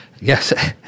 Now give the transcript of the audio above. Yes